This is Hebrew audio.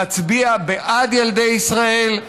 להצביע בעד ילדי ישראל,